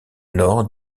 nord